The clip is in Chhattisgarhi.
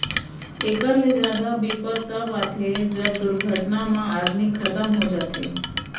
एकर ले जादा बिपत तव आथे जब दुरघटना म आदमी खतम हो जाथे